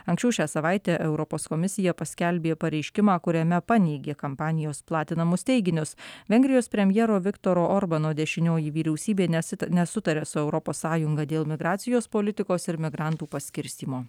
anksčiau šią savaitę europos komisija paskelbė pareiškimą kuriame paneigė kampanijos platinamus teiginius vengrijos premjero viktoro orbano dešinioji vyriausybė nesutaria su europos sąjunga dėl migracijos politikos ir migrantų paskirstymo